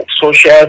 Social